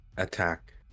attack